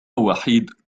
وحيد